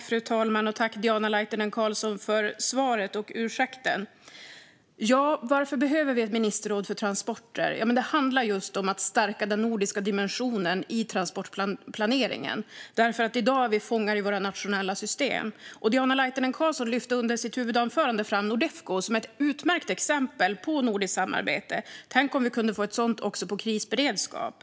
Fru talman! Jag tackar Diana Laitinen Carlsson för svaret och ursäkten. Varför behöver vi ett ministerråd för transporter? Det handlar just om att stärka den nordiska dimensionen i transportplaneringen. I dag är vi fångar i våra nationella system. Diana Laitinen Carlsson lyfte i sitt huvudanförande fram Nordefco som ett utmärkt exempel på nordiskt samarbete. Tänk om vi kunde ha ett sådant också för krisberedskap.